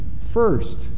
first